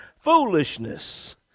foolishness